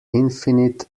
infinite